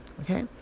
Okay